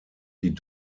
die